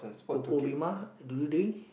do you drink